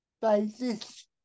basis